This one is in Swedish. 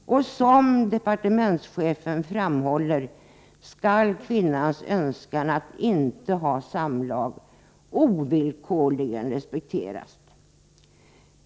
Som departementschefen framhåller skall kvinnans önskan att inte ha samlag ovillkorligen respekteras.